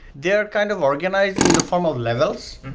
they're kind of organized in the form of levels.